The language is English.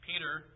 Peter